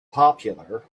popular